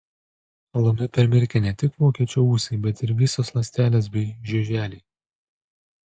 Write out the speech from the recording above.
alumi permirkę ne tik vokiečio ūsai bet ir visos ląstelės bei žiuželiai